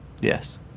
Yes